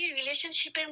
relationship